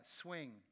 swing